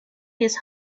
his